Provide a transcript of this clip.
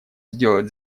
сделать